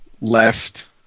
left